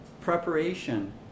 Preparation